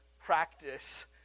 Practice